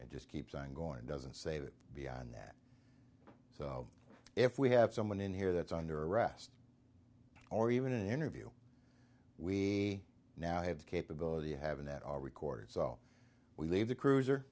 and just keeps on going doesn't save it beyond that so if we have someone in here that's under arrest or even an interview we now have the capability having that our records so we leave the cruiser